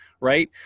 right